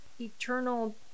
eternal